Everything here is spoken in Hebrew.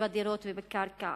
בדירות ובקרקע